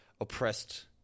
oppressed